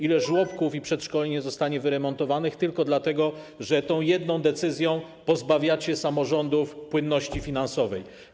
Ile żłobków i przedszkoli nie zostanie wyremontowanych tylko dlatego, że tą jedną decyzją pozbawiacie samorządy płynności finansowej?